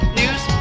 news